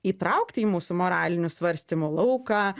įtraukti į mūsų moralinių svarstymų lauką